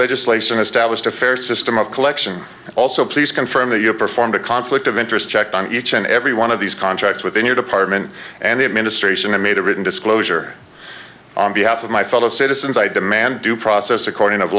legislation established a fair system of collection also please confirm that you have performed a conflict of interest check on each and every one of these contracts within your department and the administration and made a written disclosure on behalf of my fellow citizens i demand due process according of